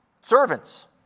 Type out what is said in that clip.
servants